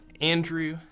andrew